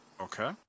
okay